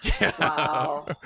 Wow